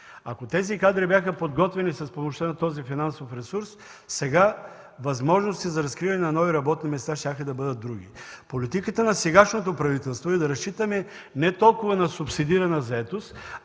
Ако тези кадри бяха подготвени с помощта на този финансов ресурс, сега възможностите за разкриване на нови работни места щяха да бъдат други. Политиката на сегашното правителство е да разчитаме не толкова на субсидирана заетост,